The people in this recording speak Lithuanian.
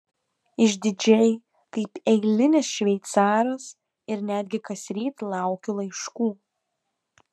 išdidžiai kaip eilinis šveicaras ir netgi kasryt laukiu laiškų